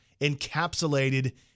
encapsulated